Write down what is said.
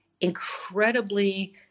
incredibly